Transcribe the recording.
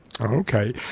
Okay